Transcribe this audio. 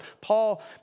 Paul